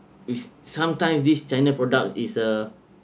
is sometimes this china product is a